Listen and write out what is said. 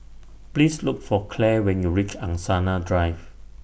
Please Look For Claire when YOU REACH Angsana Drive